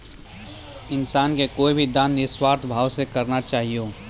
इंसान के कोय भी दान निस्वार्थ भाव से करना चाहियो